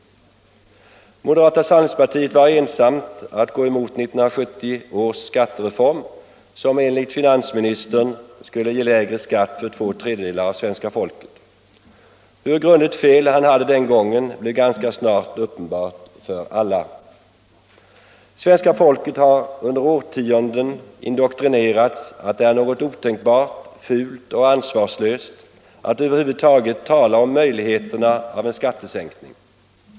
Moderata samlingspartiet var ensamt om att gå emot 1970 års skattereform, som enligt finansministern skulle ge lägre skatt för två tredjedelar av svenska folket. Hur grundligt fel han hade den gången blev ganska snart uppenbart för alla. Svenska folket har under årtionden indoktrinerats till att anse att det är något otänkbart, fult och ansvarslöst att över huvud taget tala om möjligheterna av en skattesänkning.